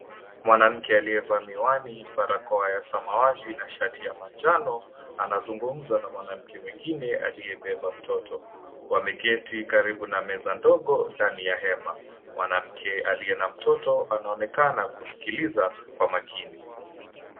Mwanamke aliyevaa miwani, barakoa ya samawati na shati ya manjano anazungumza na mwanamke mwingine aliyebeba mtoto. Wameketi karibu na meza ndogo ndani ya hema. Mwanamke aliye na mtoto anaonekana kusikiliza kwa makini.